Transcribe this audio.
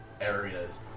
areas